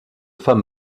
femme